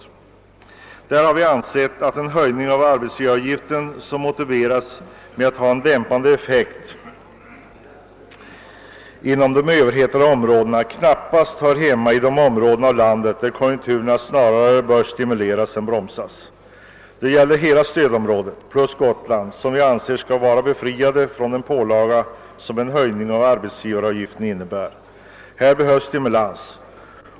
I denna reservation har vi framfört vår uppfattning att en höjning av arbetsgivaravgiften — vilken motiveras med att en sådan höjning har en dämpande effekt inom de överhettade områdena — inte bör företas inom de områden i landet där konjunkturerna snarare bör stimuleras än bromsas. Detta gäller hela stödområdet plus Gotland, som vi alltså anser skall vara befriade från den pålaga som en höjning av arbetsgivaravgiften innebär. Här behövs stimulans.